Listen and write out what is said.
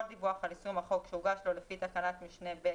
דיווח על יישום החוק שהוגש לו לפי תקנת משנה (ב),